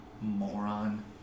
Moron